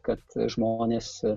kad žmonės